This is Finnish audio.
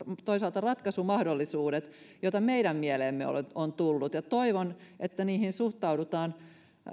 toisaalta ratkaisumahdollisuudet joita meidän mieleemme on tullut toivon että niihin suhtaudutaan